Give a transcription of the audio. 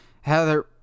Heather